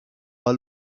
our